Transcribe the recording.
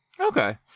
Okay